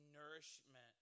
nourishment